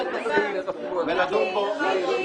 היא היתה